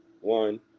One